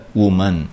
woman